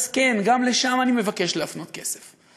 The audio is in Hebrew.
אז כן, גם לשם אני מבקש להפנות כסף.